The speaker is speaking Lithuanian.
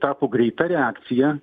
tapo greita reakcija